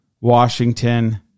Washington